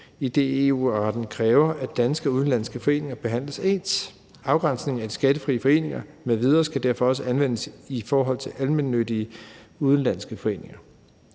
idet EU-retten kræver, at danske og udenlandske foreninger behandles ens. Afgrænsningen af de skattefrie foreninger m.v. skal derfor også anvendes i forhold til almennyttige udenlandske foreninger.